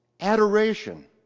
Adoration